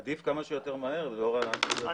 עדיף כמה שיותר מהר, לאור ה --- בהחלט.